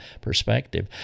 perspective